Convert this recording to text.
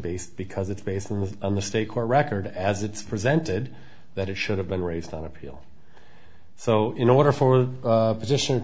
based because it's based on with a mistake or record as it's presented that it should have been raised on appeal so in order for the position to